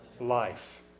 life